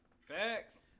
Facts